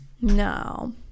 No